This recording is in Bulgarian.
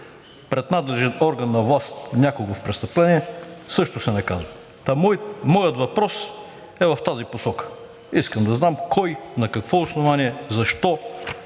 пред надлежен орган на власт някого в престъпление, също се наказва. Моят въпрос е в тази посока – искам да знам кой, на какво основание, защо,